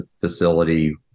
facility